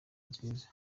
nziza